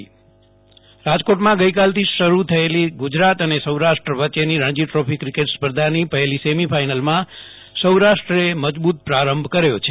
Jaydip Vaishnav Ranji trophy રાજકોટમાં ગઈકાલથી શરૂ થયેલી ગુજરાત અને સૌરાષ્ટ્ર વચ્ચેની રણજી દ્રોફી ક્રિકેટ સ્પર્ધાની પહેલી સેમીફાઈનલમાં સૌરાષ્ટે મજબુત પ્રારંભ કર્યો છે